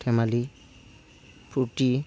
ধেমালি ফুৰ্তি